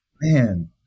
man